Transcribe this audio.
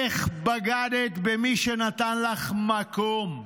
איך בגדת במי שנתן לך מקום,